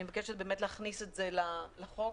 אני מבקשת להכניס את זה לחוק,